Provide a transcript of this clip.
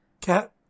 Cat